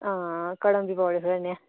हां कड़म बी पाई ओड़ेओ थोह्ड़ा जेहा